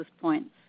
points